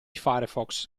firefox